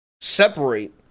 separate